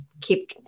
keep